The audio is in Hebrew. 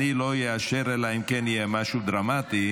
אלא אם כן יהיה משהו דרמטי.